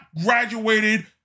graduated